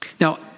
Now